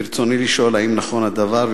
ברצוני לשאול: 1. האם נכון הדבר?